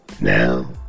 now